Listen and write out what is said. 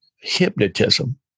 hypnotism